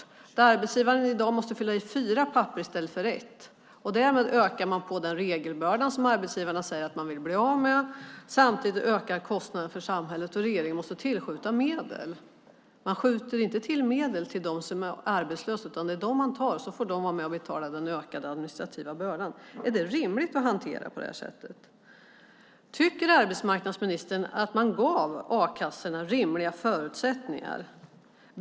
I dag måste arbetsgivaren fylla i fyra papper i stället för ett, och därmed ökar man på den regelbörda som arbetsgivarna säger att de vill bli av med. Samtidigt ökar kostnaderna för samhället, och regeringen måste tillskjuta medel. Man skjuter inte till medel till de arbetslösa, utan det är dem man tar ifrån så att de får vara med och betala den ökade administrativa bördan. Är det rimligt att hantera det på detta sätt? Tycker arbetsmarknadsministern att a-kassorna gavs rimliga förutsättningar?